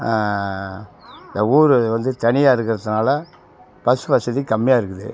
இந்த ஊர் வந்து தனியாக இருக்கிறத்துனால பஸ் வசதி கம்மியாக இருக்குது